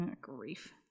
Grief